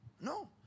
No